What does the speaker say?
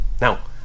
Now